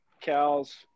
cows